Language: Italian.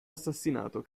assassinato